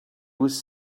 was